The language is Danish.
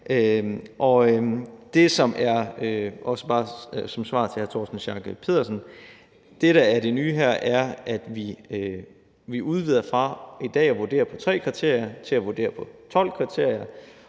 og det – som svar til hr. Torsten Schack Pedersen – der er det nye her, er, at vi udvider fra i dag at vurdere på 3 kriterier til at vurdere på 12 kriterier,